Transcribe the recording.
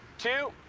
two.